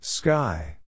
Sky